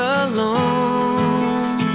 alone